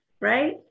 right